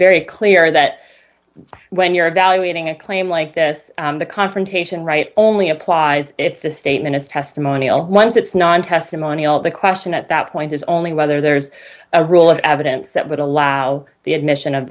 very clear that when you're evaluating a claim like this the confrontation right only applies if the statement is testimonial once it's not on testimonial the question at that point is only whether there's a rule of evidence that would allow the admission of